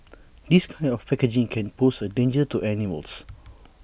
this kind of packaging can pose A danger to animals